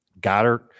Goddard